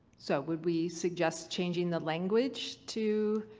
so would we suggest changing the language to.